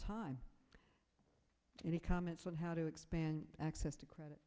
time any comments on how to expand access to credit